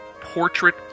portrait